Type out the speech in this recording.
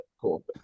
Cool